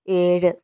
ഏഴ്